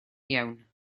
iawn